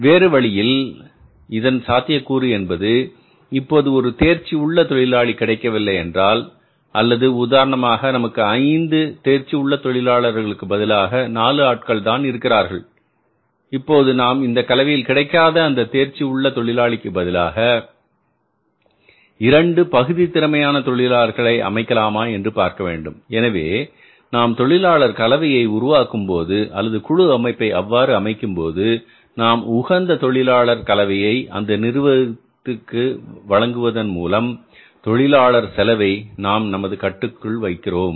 வேறு வழியில் இதன் சாத்தியக்கூறு என்பது இப்போது ஒரு தேர்ச்சி உள்ள தொழிலாளி கிடைக்கவில்லை என்றால் அல்லது உதாரணமாக நமக்கு 5 தேர்ச்சி உள்ள தொழிலாளர்களுக்கு பதிலாக 4 ஆட்கள்தான் இருக்கிறார்கள் இப்போது நாம் இந்த கலவையில் கிடைக்காத அந்த தேர்ச்சி உள்ள தொழிலாளிக்கு பதிலாக 2 பகுதி திறமையான தொழிலாளிகளை அமைக்கலாமா என்று பார்க்க வேண்டும் எனவே நாம் தொழிலாளர் கலவையை உருவாக்கும்போது அல்லது குழு அமைப்பை அவ்வாறு அமைக்கும்போது நாம் உகந்த தொழிலாளர் கலவையை அந்த நிறுவனத்துக்கு வழங்குவதன் மூலம் தொழிலாளர் செலவை நாம் நமது கட்டுக்குள் வைக்கிறோம்